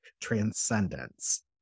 transcendence